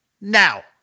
now